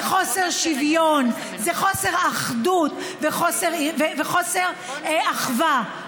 זה חוסר שוויון, זה חוסר אחדות וחוסר אחווה.